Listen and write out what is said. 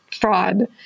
fraud